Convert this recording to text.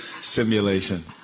Simulation